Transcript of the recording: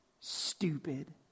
stupid